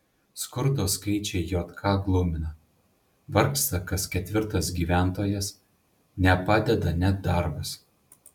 skurdo skaičiai jk glumina vargsta kas ketvirtas gyventojas nepadeda net darbas